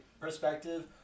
perspective